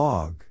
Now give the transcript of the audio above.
Log